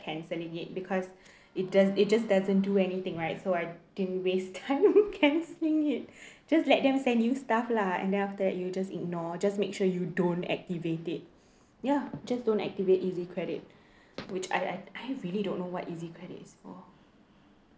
cancelling it because it just it just doesn't do anything right so I didn't waste time cancelling it just let them send you stuff lah and then after that you just ignore just make sure you don't activate it ya just don't activate EasiCredit which I I I really don't know what EasiCredit is for